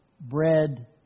bread